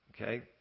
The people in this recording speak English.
okay